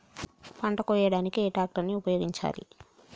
పంట కోయడానికి ఏ ట్రాక్టర్ ని ఉపయోగించాలి?